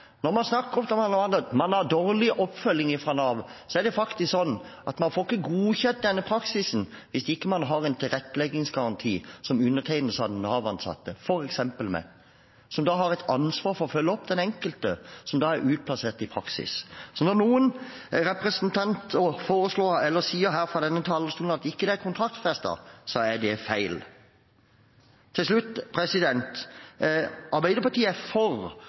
Når man snakker om at man får dårlig oppfølging fra Nav, er det faktisk sånn at man ikke får godkjent denne praksisen hvis man ikke har en tilretteleggingsgaranti som undertegnes av den Nav-ansatte, f.eks. meg, som da har et ansvar for å følge opp den enkelte som er utplassert i praksis. Så når noen representanter sier her fra denne talerstolen at det ikke er kontraktsfestet, er det feil. Til slutt: Arbeiderpartiet er for